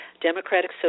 Democratic